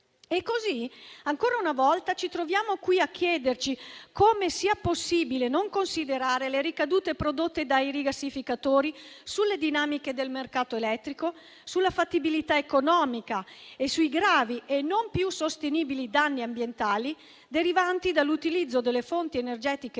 Così, ancora una volta, ci troviamo qui a chiederci come sia possibile non considerare le ricadute prodotte dai rigassificatori sulle dinamiche del mercato elettrico, sulla fattibilità economica e sui gravi e non più sostenibili danni ambientali derivanti dall'utilizzo delle fonti energetiche